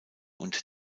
und